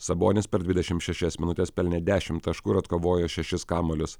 sabonis per dvidešimt šešias minutes pelnė dešimt taškų ir atkovojo šešis kamuolius